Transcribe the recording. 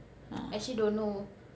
ah